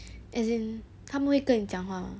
as in 他们会跟你讲话吗